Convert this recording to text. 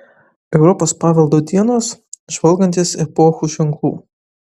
europos paveldo dienos žvalgantis epochų ženklų